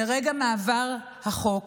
מרגע מעבר החוק,